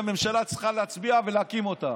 שהממשלה צריכה להצביע ולהקים אותה.